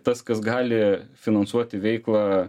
tas kas gali finansuoti veiklą